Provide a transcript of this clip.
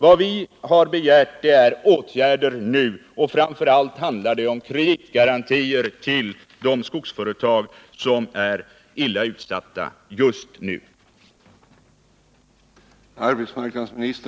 Vad vi har begärt är åtgärder nu, och det handlar framför allt om kreditgarantier till de skogsföretag som är illa utsatta just nu.